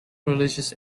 religious